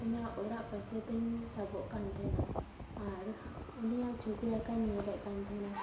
ᱚᱱᱟ ᱚᱲᱟᱜ ᱯᱟᱥᱮ ᱛᱮᱧ ᱛᱟᱵᱚᱜ ᱠᱟᱱ ᱛᱟᱦᱮᱱᱟ ᱟᱨ ᱩᱱᱤᱭᱟᱜ ᱪᱷᱩᱵᱤ ᱟᱸᱠᱟᱣ ᱧᱮᱞᱮᱫ ᱠᱟᱱ ᱛᱟᱦᱮᱱᱟ